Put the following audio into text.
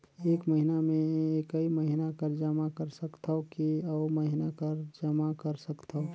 एक महीना मे एकई महीना कर जमा कर सकथव कि अउ महीना कर जमा कर सकथव?